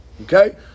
Okay